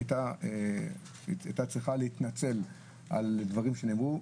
היא הייתה צריכה להתנצל על דברים שנאמרו.